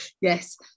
Yes